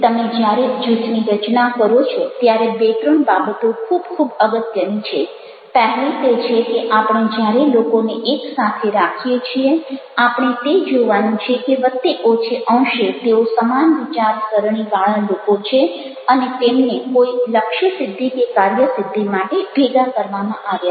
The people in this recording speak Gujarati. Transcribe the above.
તમે જ્યારે જૂથની રચના કરો છો ત્યારે બે ત્રણ બાબતો ખૂબ ખૂબ અગત્યની છે પહેલી તે છે કે આપણે જ્યારે લોકોને એકસાથે રાખીએ છીએ આપણે તે જોવાનું છે કે વત્તે ઓછે અંશે તેઓ સમાન વિચારસરણીવાળા લોકો છે અને તેમને કોઈ લક્ષ્યસિદ્ધિ કે કાર્યસિદ્ધિ માટે ભેગા કરવામાં આવ્યા છે